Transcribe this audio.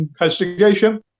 investigation